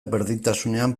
berdintasunean